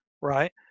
right